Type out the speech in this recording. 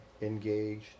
engaged